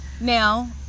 Now